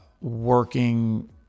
working